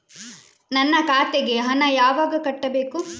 ನನ್ನ ಖಾತೆಗೆ ಹಣ ಯಾವಾಗ ಕಟ್ಟಬೇಕು?